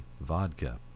vodka